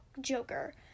Joker